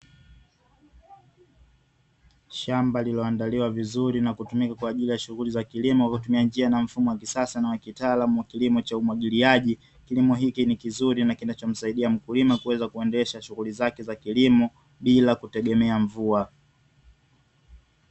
Shamba lililo andaliwa vizuri na kutumika kwa ajili ya shughuli za kilimo kwa kutumia njia za mfumo wa kisasa na wa kitaalamu wa kilimo cha umwagiliaji, kilimo hiki ni kizuri na kinacho msaidia mkulima kuweza kuendesha shughuli zake za kilimo bila kutegemea mvua.